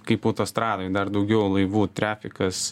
kaip autostradoj dar daugiau laivų triafikas